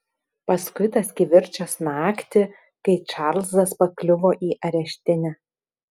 paskui tas kivirčas naktį kai čarlzas pakliuvo į areštinę